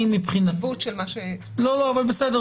זה ממש לא היה --- לא, לא אבל בסדר.